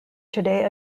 today